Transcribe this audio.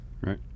Right